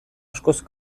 askoz